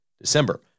December